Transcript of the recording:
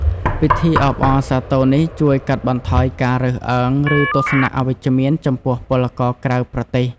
ពិធីអបអរសាទរនេះជួយកាត់បន្ថយការរើសអើង ឬទស្សនៈអវិជ្ជមានចំពោះពលករក្រៅប្រទេស។